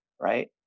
right